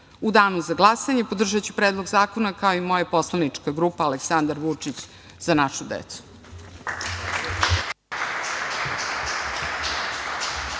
danu za glasanje podržaću predlog zakona, kao i moja poslanička grupa Aleksandar Vučić – Za našu decu.